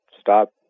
stop